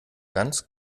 ganz